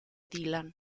dylan